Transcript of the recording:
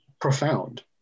profound